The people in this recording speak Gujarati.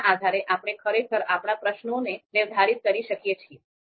તેના આધારે આપણે ખરેખર આપણા પ્રશ્નોને નિર્ધારિત કરી શકીએ છીએ